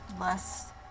Less